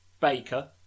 Baker